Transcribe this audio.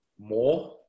more